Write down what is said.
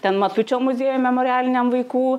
ten matučio muziejuj memorialiniam vaikų